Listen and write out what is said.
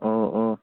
ഓ ഓ